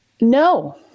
No